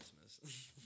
Christmas